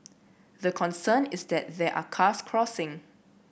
the concern is that there are cars crossing